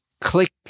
click